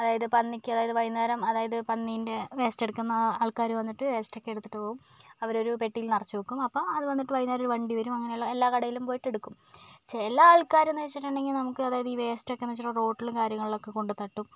അതായത് പന്നിക്ക് അതായത് വൈകുന്നേരം അതായത് പന്നിൻ്റെ വേസ്റ്റ് എടുക്കുന്ന ആൾക്കാര് വന്നിട്ട് വേസ്റ്റ് ഒക്കെ എടുത്തിട്ട് പോകും അവര് ഒരു പെട്ടിയിൽ നിറച്ച് വെക്കും അപ്പം അത് വന്നിട്ട് വൈകുന്നേരം ഒരു വണ്ടി വരും അങ്ങനെ ഉള്ള എല്ലാ കടയിലും പോയിട്ട് എടുക്കും ചില ആൾക്കാര് എന്ന് വെച്ചിട്ടുണ്ടെങ്കില് നമുക്ക് അതായത് ഈ വേസ്റ്റ് ഒക്കെന്ന് വെച്ചിട്ടുണ്ടെങ്കില് റോട്ടിലും കാര്യങ്ങളൊക്കെ കൊണ്ട് തട്ടും